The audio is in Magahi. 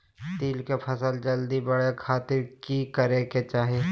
तिल के फसल जल्दी बड़े खातिर की करे के चाही?